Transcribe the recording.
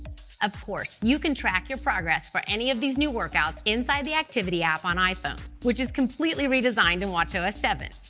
of course, you can track your progress for any of these new workouts inside the activity app on iphone, which is completely redesigned in watchos seven.